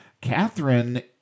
Catherine